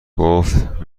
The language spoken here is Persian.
گفت